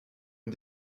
une